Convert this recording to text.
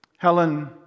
Helen